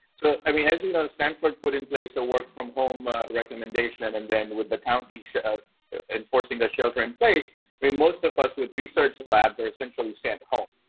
so i mean, as you know, stanford put in place a work from home recommendation, and then with the counties enforcing the shelter-in-place, i mean most of us with research labs are essentially sent home.